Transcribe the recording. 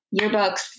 yearbooks